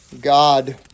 God